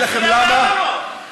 לכם משפט אחד.